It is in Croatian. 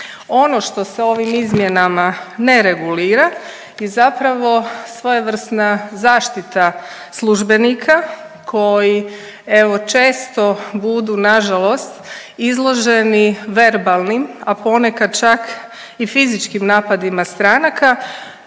Ono što se ovim izmjenama ne regulira je zapravo svojevrsna zaštita službenika koji evo često budu na žalost izloženi verbalnim, a ponekad čak i fizičkim napadima stranaka